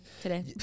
today